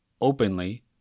openly